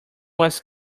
was